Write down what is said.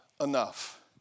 enough